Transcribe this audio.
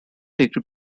degree